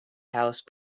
house